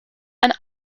ein